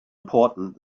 important